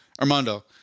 Armando